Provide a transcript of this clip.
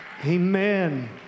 amen